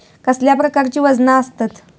कसल्या प्रकारची वजना आसतत?